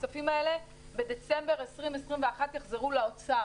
הכספים האלה בדצמבר 2021 יחזרו לאוצר.